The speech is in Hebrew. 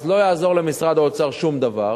אז לא יעזור למשרד האוצר שום דבר